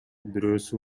бирөөсү